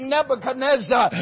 Nebuchadnezzar